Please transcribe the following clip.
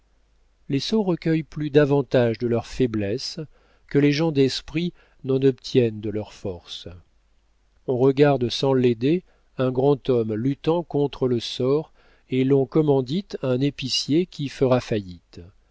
les sots recueillent plus d'avantages de leur faiblesse que les gens d'esprit n'en obtiennent de leur force on regarde sans l'aider un grand homme luttant contre le sort et l'on commandite un épicier qui fera faillite